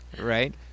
right